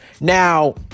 Now